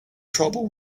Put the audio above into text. trouble